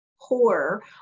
poor